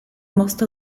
most